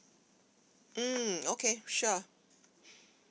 mm okay sure